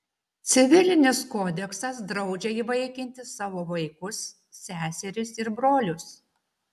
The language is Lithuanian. civilinis kodeksas draudžia įvaikinti savo vaikus seserys ir brolius